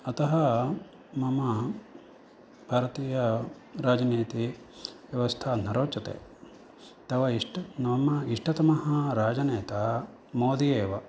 अतः मम भारतीयराजनीतिव्यवस्था न रोचते तव इष्ट मम इष्टतमः राजनेता मोदि एव